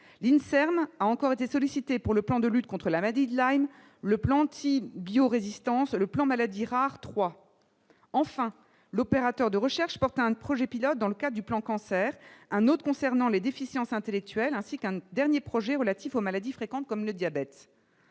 l'INSERM a encore été sollicité pour le plan de lutte contre la maladie de la reine, le plan anti-bio résistance le plan maladies rares 3 enfin l'opérateur de recherche porte un projet pilote dans le cas du plan cancer, un autre concernant les déficiences intellectuelles, ainsi qu'un dernier projet relatif aux maladies fréquentes, comme le diabète,